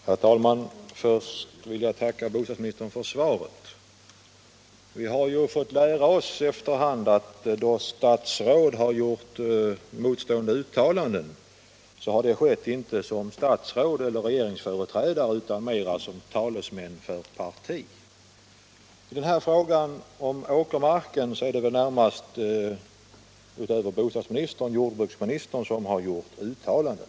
Herr talman! Först vill jag tacka bostadsministern för svaret. Vi har ju efter hand fått lära oss att när statsråd gjort motstridiga uttalanden, så har de gjort det inte i egenskap av statsråd eller regeringsföreträdare utan mera som talesmän för ett parti. I fråga om åkermarken är det väl, förutom bostadsministern, jordbruksministern som har gjort uttalanden.